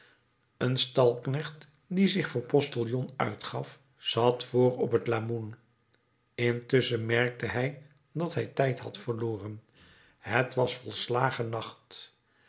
een stalknecht die zich voor postillon uitgaf zat voor op het lamoen intusschen merkte hij dat hij tijd had verloren het was